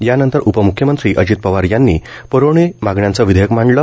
यानंतर उपमुख्यमंत्री अजित पवार यांनी प्रवणी मागण्यांचं विधेयक मांडलं